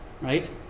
right